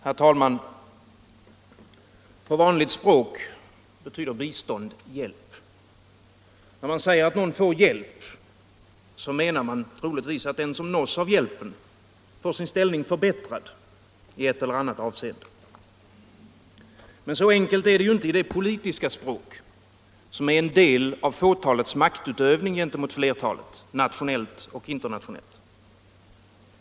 Herr talman! På vanligt språk betyder bistånd hjälp. När man säger att någon får hjälp, så menar man troligtvis att den som nås av hjälpen får sin ställning förbättrad i ett eller annat avseende. Men så enkelt är det inte i det politiska språk, som är en del av fåtalets maktutövning gentemot flertalet, nationellt och internationellt.